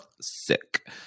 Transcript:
sick